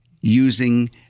using